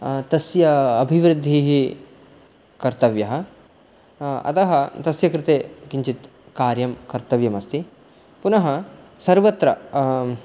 तस्य अभिवृद्धिः कर्तव्यः अतः तस्य कृते किञ्चित् कार्यं कर्त्यव्यम् अस्ति पुनः सर्वत्र